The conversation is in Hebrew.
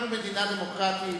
אנחנו במדינה דמוקרטית.